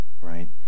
right